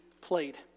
played